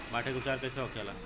माटी के उपचार कैसे होखे ला?